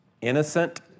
innocent